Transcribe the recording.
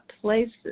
places